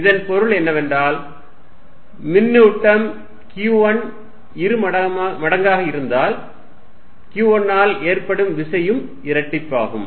இதன் பொருள் என்னவென்றால் மின்னூட்டம் Q1 இருமடங்காக இருந்தால் Q1 ஆல் ஏற்படும் விசையும் இரட்டிப்பாகும்